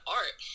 art